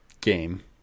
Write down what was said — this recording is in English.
game